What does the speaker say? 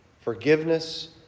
Forgiveness